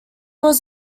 was